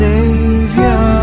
Savior